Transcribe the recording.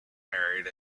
married